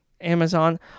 Amazon